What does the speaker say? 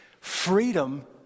Freedom